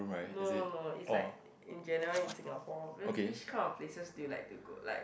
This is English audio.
no no no it's like in general in Singapore whi~ which kind of places do you like to go like